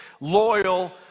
loyal